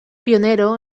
pionero